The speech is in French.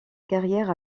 carrière